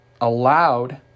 allowed